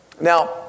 Now